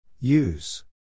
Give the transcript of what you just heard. Use